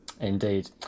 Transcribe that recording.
indeed